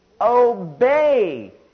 obey